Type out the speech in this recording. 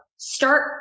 start